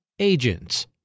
Agents